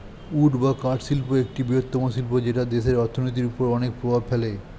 would বা কাঠ শিল্প একটি বৃহত্তম শিল্প যেটা দেশের অর্থনীতির ওপর অনেক প্রভাব ফেলে